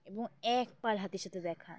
এবং এক পাল হাতির সাথে দেখা